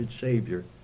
savior